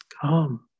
Come